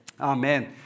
Amen